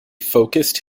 focused